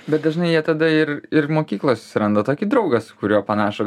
bet dažnai jie tada ir ir mokykloj susiranda tokį draugą su kurio panašų